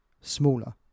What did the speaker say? smaller